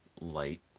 light